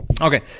Okay